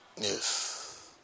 Yes